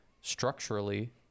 structurally